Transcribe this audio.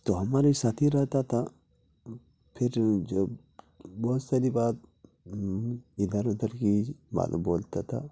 تو ہمارے ساتھ ہی رہتا تھا پھر جب بہت ساری بات ادھر ادھر کی باتیں بولتا تھا